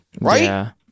Right